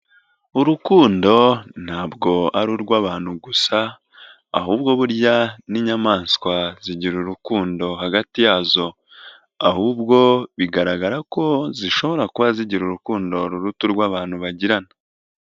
Urukundo ntabwo ari urw'abantu gusa ahubwo burya n'inyamaswa zigira urukundo hagati yazo ahubwo bigaragara ko zishobora kuba zigira urukundo rurutoa urw'abantu bagirana.